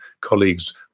colleagues